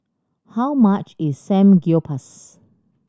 how much is Samgyeopsal